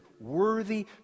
worthy